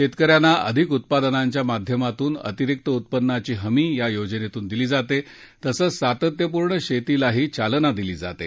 शेतकऱ्यांना अधिक उत्पादनाच्या माध्यमातून अतिरिक्त उत्पन्नाची हमी या योजनेतून दिली जाते तसंच सातत्यपूर्ण शेतीलाही चालना दिली जाते